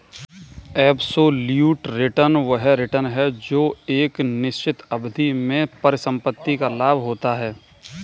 absolute return वह return है जो एक निश्चित अवधि में परिसंपत्ति का लाभ होता है